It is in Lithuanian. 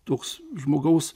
toks žmogaus